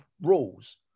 rules